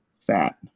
fat